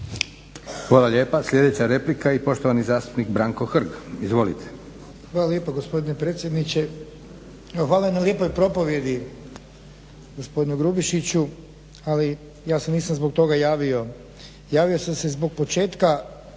Hvala lijepa. Sljedeća replika i poštovani zastupnik Branko Hrg. Izvolite. **Hrg, Branko (HSS)** Hvala lijepo gospodine predsjedniče. Hvala vam na lijepoj propovjedi gospodine Grubišiću, ali ja se nisam zbog toga javio. Javio sam se zbog početka